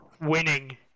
Winning